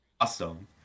awesome